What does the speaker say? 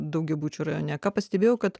daugiabučių rajone ką pastebėjau kad